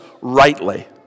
rightly